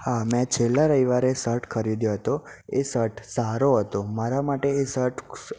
હા મેં છેલ્લાં રવિવારે સર્ટ ખરીદ્યો હતો એ સર્ટ સારો હતો મારાં માટે એ સર્ટ